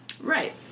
Right